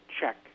check